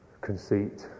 conceit